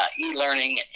e-learning